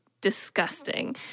disgusting